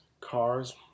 Cars